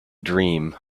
dream